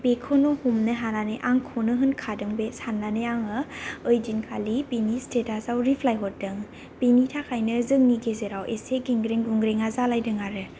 बेखौनो हमनो हानानै आंखौनो होनखादों बे साननानै आङो ओइदिनखालि बिनि स्टेटासआव रिप्लाइ हरदों बेनि थाखायनो जोंनि गेजेराव एसे गेंग्रें गुंग्रेङा जालायदों आरो